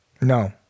No